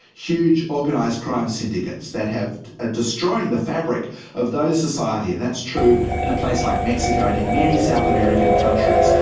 huge organised crime syndicates, that are ah destroying the fabric of those societies. and that's true in a place like mexico and in many south american countries.